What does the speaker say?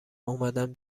اومدم